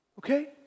Okay